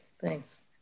thanks